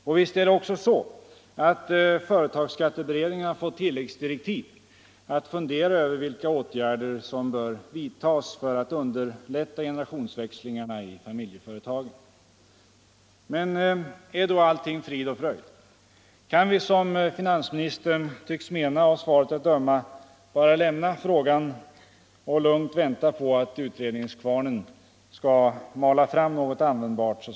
Och visst är det också så, att företagsskatteberedningen har fått tilläggsdirektiv att fundera över vilka åtgärder som bör vidtas för att underlätta generationsväxlingarna i familjeföretagen. Men är då allting frid och fröjd? Kan vi, som finansministern tycks mena av svaret att döma, bara lugnt vänta på att utredningskvarnen Nr 136 så småningom skall mala fram något användbart?